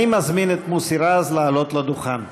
אני מזמין את מוסי רז לעלות לדוכן.